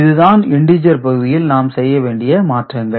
இதுதான் இண்டீஜர் பகுதியில் நாம் செய்யவேண்டிய மாற்றங்கள்